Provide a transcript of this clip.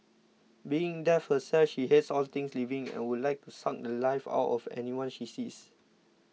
being death herself she hates all things living and would like to suck the Life out of anyone she sees